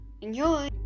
Enjoy